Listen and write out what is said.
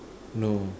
no